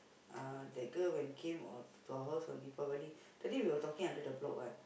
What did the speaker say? uh that girl when came of to our house on Deepavali that day we were talking under the block what